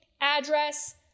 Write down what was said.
address